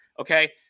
Okay